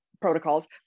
protocols